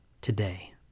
today